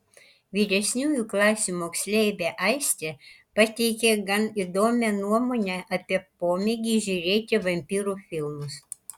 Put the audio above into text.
vyresniųjų klasių moksleivė aistė pateikė gan įdomią nuomonę apie pomėgį žiūrėti vampyrų filmus